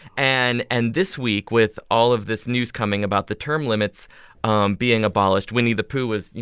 and and this week, with all of this news coming about the term limits um being abolished, winnie-the-pooh was, you